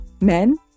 Men